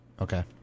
Okay